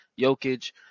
Jokic